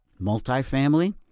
multifamily